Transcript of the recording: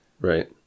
Right